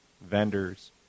vendors